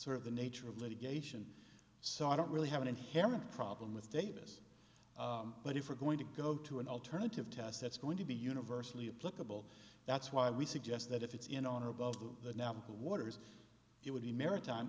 sort of the nature of litigation so i don't really have an inherent problem with davis but if we're going to go to an alternative test that's going to be universally applicable that's why we suggest that if it's in on or above the now the waters it would be maritime